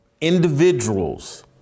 individuals